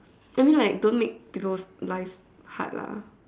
I mean like don't make people's life hard lah